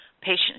Patient